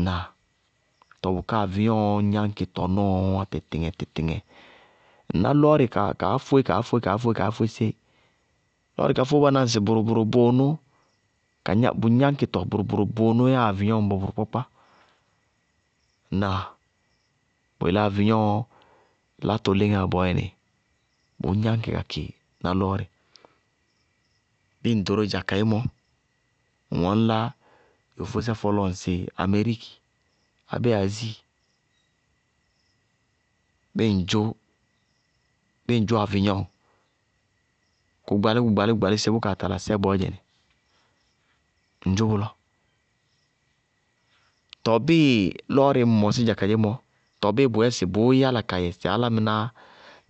Ŋnáa? Tɔɔ bʋká avɩyɔŋñ gnáñkɩ tɔnɔɔ wá tɩɩtɩŋɛ tɩɩtɩŋɛ ŋñná lɔɔrɩ kaá fóé kaá fóé sé, lɔɔrɩ ka fóébaná bʋrʋ-bʋrʋ bʋʋnʋ, bʋ gnáñkɩtɔ bʋrʋ-bʋrʋ bʋʋnʋ yáa avɩyɔŋ ñbɔ bʋrʋkpákpá ŋnáa? Bʋ yelé avɩyɔŋ látɔ léŋáa bɔɔyɛnɩ, bʋʋ gnáñkɩ ka kɩ na lɔɔrɩ. Bíɩ ŋ ɖoró dza kadzémɔ ŋwɛ ŋñlá yofósɛ fɔlɔɔ ŋsɩ ameriki abéé azíi, bíɩ ŋ dzʋ avɩyɔŋ bʋ gbalí bʋ gbalí sé, bʋkaa tala sɛ bɔɔyɛnɩ, ŋ dzʋ bʋlɔ. Tɔɔ bíɩ lɔɔrɩí ŋ mɔsí dza kadzémɔ, tɔɔ bíɩ bʋ bʋ yɛ sɩ bʋʋ yála ka yɛ sɩ álámɩnáá